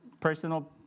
personal